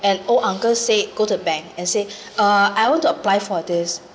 and old uncle say go to the bank and say uh I want to apply for this